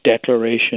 Declaration